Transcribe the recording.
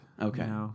Okay